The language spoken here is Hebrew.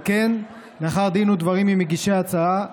על כן, לאחר דין ודברים עם מגישי ההצעה,